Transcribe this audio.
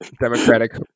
democratic